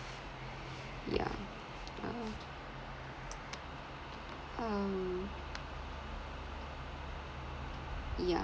yeah uh um yeah